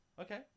okay